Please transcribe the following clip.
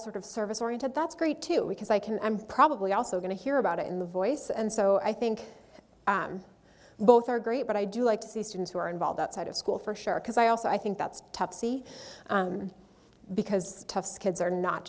sort of service oriented that's great too because i can i'm probably also going to hear about it in the voice and so i think i am both are great but i do like to see students who are involved outside of school for sure because i also i think that's topsy because t